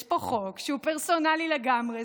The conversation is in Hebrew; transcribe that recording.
יש פה חוק כשהוא פרסונלי לגמרי,